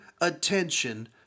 attention